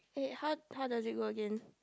hey how how does it go again